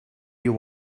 you